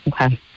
Okay